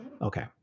Okay